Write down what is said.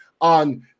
on